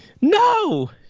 no